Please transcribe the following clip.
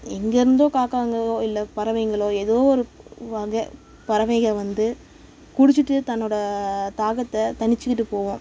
எங்கேயிருந்தோ காக்காங்களோ இல்லை பறவைங்களோ ஏதோ ஒரு வகை பறவைகள் வந்து குடிச்சுட்டு தன்னோடய தாகத்தை தணிச்சுக்கிட்டு போகும்